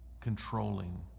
controlling